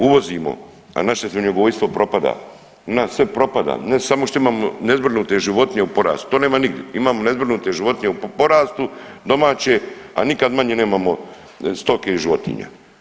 Uvozimo, a naše svinjogojstvo propada, u nas sve propada, ne samo što imamo nezbrinute životinje u porastu, to nema nigdi, imamo nezbrinute životinje u porastu domaće, a nikad manje nemamo stoke i životinja.